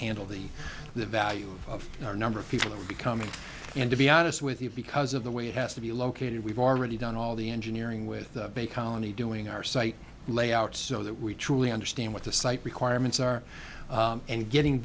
handle the the value of our number of people are becoming and to be honest with you because of the way it has to be located we've already done all the engineering with the bay colony doing our site layout so that we truly understand what the site requirements are and getting